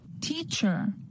Teacher